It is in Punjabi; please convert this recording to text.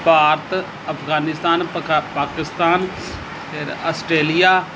ਭਾਰਤ ਅਫਗਾਨਿਸਤਾਨ ਪਕਾ ਪਾਕਿਸਤਾਨ ਫਿਰ ਆਸਟੇਲੀਆ